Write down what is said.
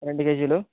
రెండు కేజీలు